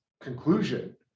conclusion